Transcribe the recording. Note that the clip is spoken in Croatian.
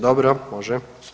Dobro može.